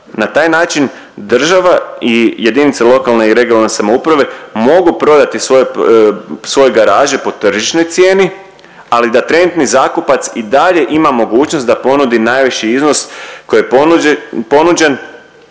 Na taj način država i jedinice lokalne i regionalne samouprave mogu prodati svoje garaže po svojoj tržišnoj cijeni, ali da trenutni zakupac i dalje ima mogućnost da ponudi najviši iznos koji je ponuđen,